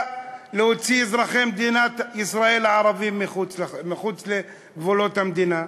להוציא את אזרחי מדינת ישראל הערבים מחוץ לגבולות המדינה?